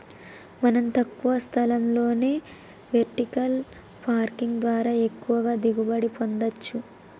మనం తక్కువ స్థలంలోనే వెర్టికల్ పార్కింగ్ ద్వారా ఎక్కువగా దిగుబడి పొందచ్చు